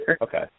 Okay